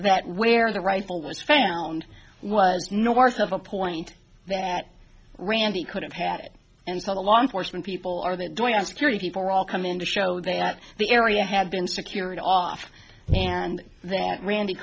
that where the rifle was found was north of a point that randi could have had it and so the law enforcement people are they doing a security people are all coming in to show that the area had been secured off and then randy